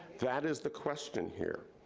that is the question here.